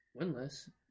winless